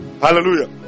Hallelujah